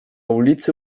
ulicy